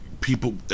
people